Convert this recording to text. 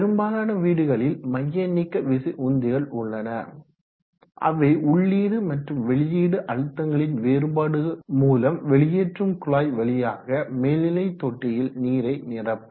பெரும்பாலான வீடுகளில் மையநீக்கவிசை உந்திகள் உள்ளன அவைகள் உள்ளீடு மற்றும் வெளியீடு அழுத்தங்களின் வேறுபாடு மூலம் வெளியேற்றும் குழாய் வழியாக மேல்நிலை தொட்டியில் நீரை நிரப்பும்